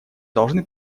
должны